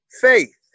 faith